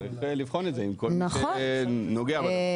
צריך לבחון את זה עם כל מי שנוגע לזה.